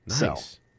Nice